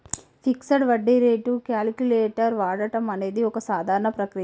fixed వడ్డీ rate calculator వాడడం అనేది ఒక సాధారణ ప్రక్రియ